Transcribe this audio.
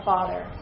Father